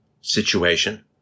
situation